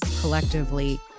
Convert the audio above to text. collectively